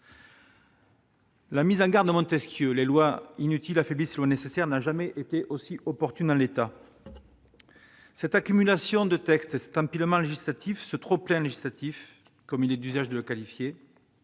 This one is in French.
La mise en garde de Montesquieu- « Les lois inutiles affaiblissent les lois nécessaires » -n'a donc jamais été aussi opportune. Cette accumulation de textes, cet empilement législatif, ce « trop-plein », comme il est d'usage de le qualifier,